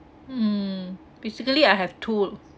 mm basically I have two